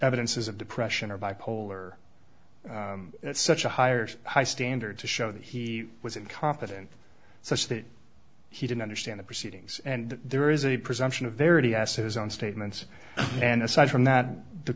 evidences of depression or bipolar at such a higher high standard to show that he was incompetent such that he didn't understand the proceedings and there is a presumption of verity as his own statements and aside from that the